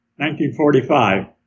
1945